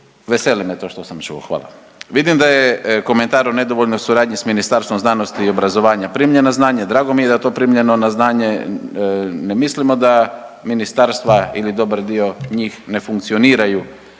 Veseli me to što sam čuo. Hvala. Vidim da je komentar u nedovoljnoj suradnji s Ministarstvom znanosti i obrazovanja primljen na znanje, drago mi je da je to primljeno na znanje. Ne mislimo da ministarstva ili dobar dio njih ne funkcioniraju